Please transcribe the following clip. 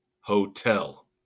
hotel